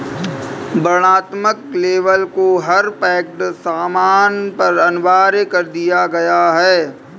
वर्णनात्मक लेबल को हर पैक्ड सामान पर अनिवार्य कर दिया गया है